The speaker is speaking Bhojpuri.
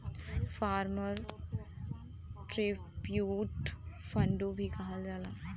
फार्मर ट्रिब्यूट फ़ंडो भी कहल जाला